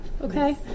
Okay